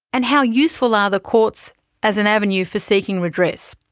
and how useful are the courts as an avenue for seeking redress?